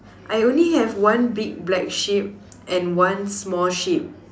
I only have one big black sheep and one small sheep